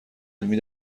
علمی